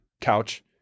couch